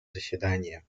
заседания